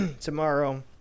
tomorrow